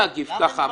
עזוב, למה להגיב ככה?